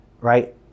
right